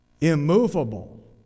immovable